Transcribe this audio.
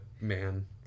man